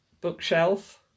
bookshelf